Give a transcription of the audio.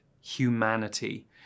humanity